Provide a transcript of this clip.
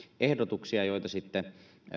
ehdotuksia sitten